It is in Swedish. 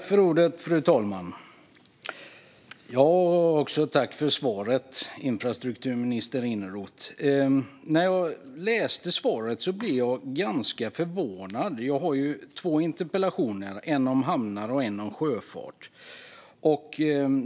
Fru talman! Tack för svaret, infrastrukturminister Tomas Eneroth! När jag hörde svaret blev jag ganska förvånad. Jag har ju två interpellationer, en om hamnar och en om sjöfart.